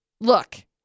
Look